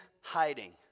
hiding